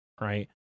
right